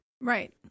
Right